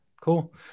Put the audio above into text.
Cool